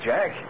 Jack